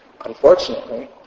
Unfortunately